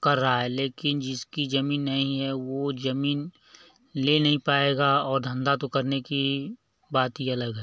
कर रहा है लेकिन जिसकी ज़मीन नहीं है वो ज़मीन ले नहीं पाएगा और धंधा तो करने की बात ही अलग है